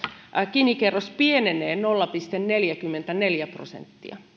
gini kerroin pienenee nolla pilkku neljäkymmentäneljä prosenttia